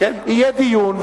יהיה דיון,